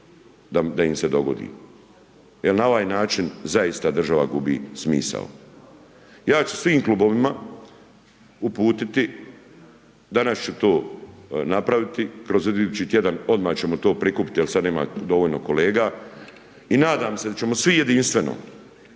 da im se dogodi, jer na ovaj način, zaista država gubi smisao. Ja ću svim klubovima uputiti, danas ću to napraviti, kroz idući tjedan odmah ćemo to prikupiti, jer sada nema dovoljno kolega i nadam se da ćemo svi jedinstveno